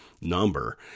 number